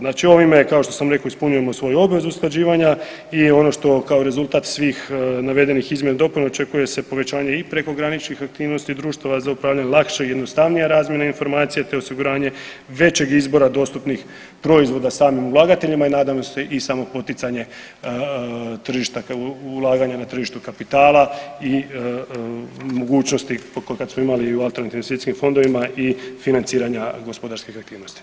Znači ovime je kao što sam rekao ispunjavamo svoju obvezu usklađivanja i ono što kao rezultat svih navedenih izmjena i dopuna očekuje se povećanje i prekograničnih aktivnosti za upravljanje, lakša i jednostavnija razmjena informacija te osiguranje većeg izbora dostupnih proizvoda samim ulagateljima i …/nerazumljivo/… i samo poticanje tržišta, ulaganja na tržištu kapitala i mogućnosti …/nerazumljivo/… kad smo imali u alternativnim svjetskim fondovima i financiranja gospodarskih aktivnosti.